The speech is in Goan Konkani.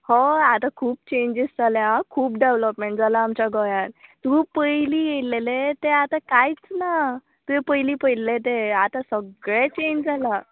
हय आतां खूब चेंजीस जाल्या आ खूब डॅवलॉपमॅण जालां आमच्या गोंयान तूं पयलीं येयल्लेलें तें आतां कांयच ना तुंवें पयलीं पयल्लें तें आतां सगळें चेंज जालां